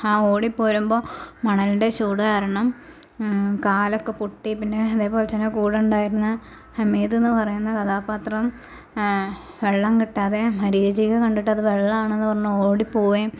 ആ ഓടിപ്പോരുമ്പോൾ മണലിന്റെ ചൂട് കാരണം കാലൊക്കെ പൊട്ടി പിന്നെ അതേപോലെ തന്നെ കൂടൊണ്ടായിരുന്ന ഹമീദ്ന്ന് പറയുന്ന കഥാപാത്രം വെള്ളം കിട്ടാതെ മരീകജിക കണ്ടിട്ട് അത് വെള്ളമാണെന്ന് പറഞ്ഞ് ഓടി പോവുകയും